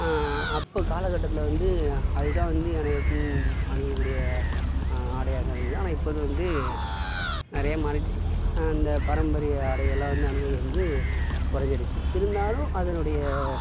அப்போ காலக்கட்டத்தில் வந்து அதுதான் வந்து அனைவருக்கும் அணியக்கூடிய ஆடையாக இருந்தது ஆனால் இப்போது அது வந்து நிறைய மாறிவிட்டு அந்த பாரம்பரிய ஆடைகள்லாம் வந்து அணிவது வந்து குறஞ்சிடுச்சி இருந்தாலும் அதனுடைய